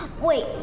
Wait